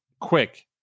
quick